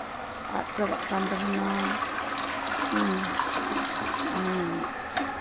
ᱟᱫ ᱪᱟᱵᱟᱜ ᱠᱟᱱ ᱛᱟᱵᱳᱱᱟ ᱦᱮᱸ ᱦᱮᱸ